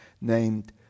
named